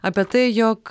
apie tai jog